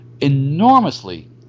Enormously